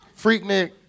Freaknik